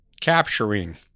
capturing